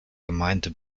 gemeinde